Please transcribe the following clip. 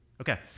Okay